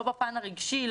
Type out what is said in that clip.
לא בפן הרגשי,